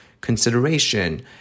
consideration